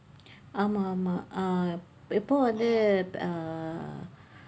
ஆமாம் ஆமாம்:aamaam aamaam uh எப்போ வந்து eppoo vandthu uh